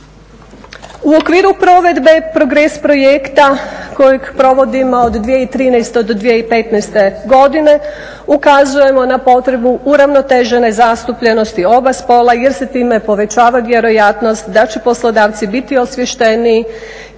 U okviru provedbe progres projekta kojeg provodimo od 2013. do 2015. godine ukazujemo na potrebu uravnotežene zastupljenosti oba spola jer se time povećava vjerojatnost da će poslodavci biti osvješteniji